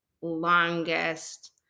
longest